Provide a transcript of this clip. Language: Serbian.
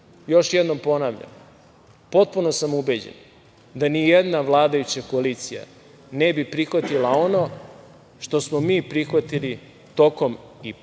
jednom ponavljam, potpuno sam ubeđen da nijedna vladajuća koalicija ne bi prihvatila ono što smo mi prihvatili tokom